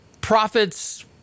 profits